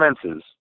commences